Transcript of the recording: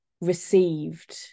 received